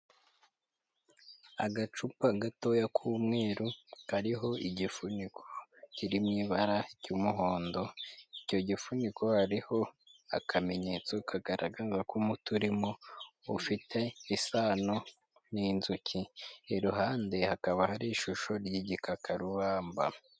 Agacupa gatoya k'umweru kariho igifuniko kiri mu ibara ry'umuhondo, icyo gifuniko hariho akamenyetso kagaragaza ko umuti urimo ufite isano n'inzuki. Iruhande hakaba hari ishusho ry'igikakarubamba.